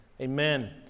Amen